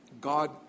god